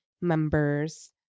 members